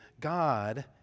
God